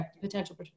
potential